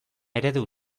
eredu